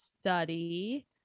study